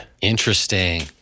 Interesting